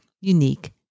unique